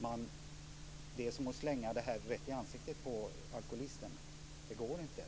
Det är som att slänga alkohol rätt i ansiktet på alkoholisten.